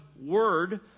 word